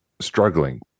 struggling